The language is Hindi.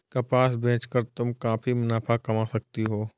कपास बेच कर तुम काफी मुनाफा कमा सकती हो